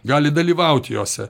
gali dalyvauti jose